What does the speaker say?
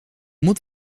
moet